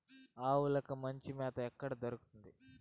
ఆవులకి మంచి మేత ఎక్కడ దొరుకుతుంది?